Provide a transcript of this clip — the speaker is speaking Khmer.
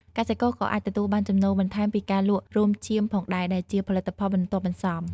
កសិករក៏អាចទទួលបានចំណូលបន្ថែមពីការលក់រោមចៀមផងដែរ ដែលជាផលិតផលបន្ទាប់បន្សំ។